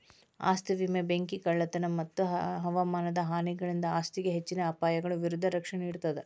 ಆಸ್ತಿ ವಿಮೆ ಬೆಂಕಿ ಕಳ್ಳತನ ಮತ್ತ ಹವಾಮಾನ ಹಾನಿಗಳಿಂದ ಆಸ್ತಿಗೆ ಹೆಚ್ಚಿನ ಅಪಾಯಗಳ ವಿರುದ್ಧ ರಕ್ಷಣೆ ನೇಡ್ತದ